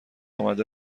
آمده